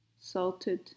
salted